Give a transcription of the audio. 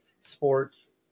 sports